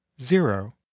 Zero